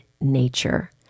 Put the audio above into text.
nature